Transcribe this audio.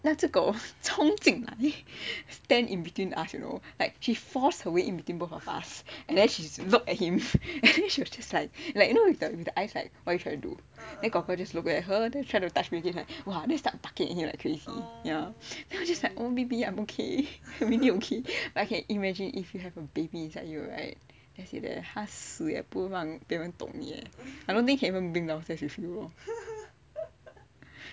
那只狗冲进来 stand in between us you know like he forced away in between both of us and then she looked at him and then she was just like you know with the eyes like what are you trying to do then korkor just look at her then try to touch me then she just started barking at him like crazy ya then I'm just like oh baby I'm okay I'm really okay okay imagine if you have a baby inside you right 他死也不会让别人动你 eh I don't think you can even bring downstairs with you lor